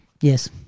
Yes